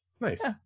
Nice